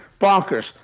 bonkers